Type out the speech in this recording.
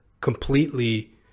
completely